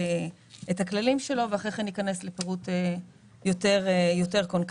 את הכללים שלו ואחר כך ניכנס לפירוט יותר קונקרטי.